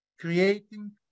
creating